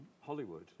Hollywood